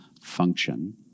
function